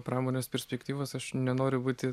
pramonės perspektyvas aš nenoriu būti